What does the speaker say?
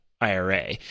IRA